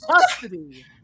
custody